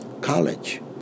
college